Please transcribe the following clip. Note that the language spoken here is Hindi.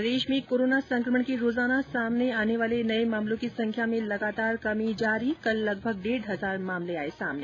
प्रदेश में कोरोना संकमण के रोजाना सामने आने वाले नए मामलों की संख्या में लगातार कमी जारी कल लगभग डेढ़ हजार मामले आए सामने